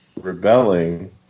rebelling